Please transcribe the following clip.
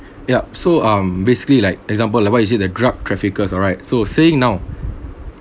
yup so um basically like example like what you said the drug traffickers alright so saying now